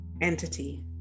entity